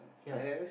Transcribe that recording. ya